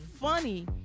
funny